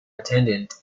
attendant